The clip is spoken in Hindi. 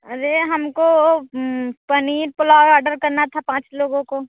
अरे हमको पनीर पुलाव आडर करना था पाँच लोगों को